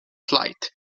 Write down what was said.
flight